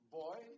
boy